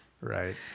Right